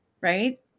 Right